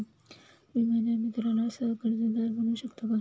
मी माझ्या मित्राला सह कर्जदार बनवू शकतो का?